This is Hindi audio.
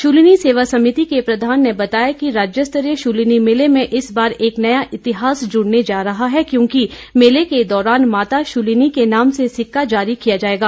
शूलिनी सेवा समिति के प्रधान ने बताया कि राज्य स्तरीय शूलिनी मेले में इस बार एक नया इतिहास जुड़ने जा रहा है क्योंकि मेले के दौरान माता शूलिनी के नाम से सिक्का जारी किया जाएगा